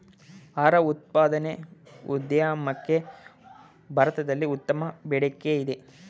ಆಹಾರ ಉತ್ಪಾದನೆ ಉದ್ಯಮಕ್ಕೆ ಭಾರತದಲ್ಲಿ ಉತ್ತಮ ಬೇಡಿಕೆಯಿದೆ